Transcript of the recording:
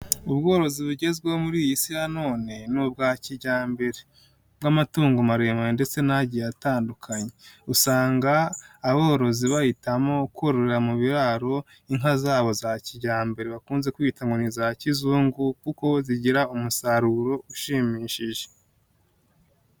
Ubworozi bugezweho muri iyi si ya none ni ubwa kijyambere bw'amatungo maremare ndetse n'agiye atandukanye, usanga aborozi bahitamo korora mu biraro inka zabo za kijyambere bakunze kwita inkoni za kizungu kuko zigira umusaruro ushimishije.